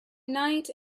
night